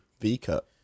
V-cut